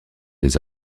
des